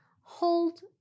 Hold